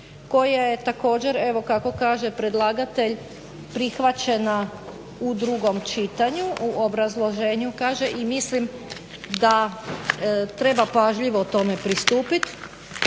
koja je također evo kako kaže predlagatelj prihvaćena u drugom čitanju, u obrazloženju kaže i mislim da treba pažljivo tome pristupiti.